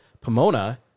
Pomona